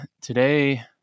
today